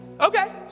Okay